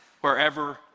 wherever